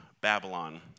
Babylon